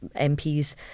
MPs